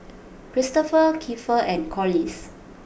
Christoper Keifer and Corliss